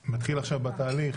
אני מתחיל עכשיו בתהליך